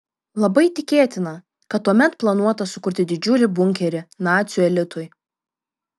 labai tikėtina kad tuomet planuota sukurti didžiulį bunkerį nacių elitui